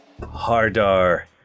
Hardar